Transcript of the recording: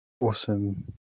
awesome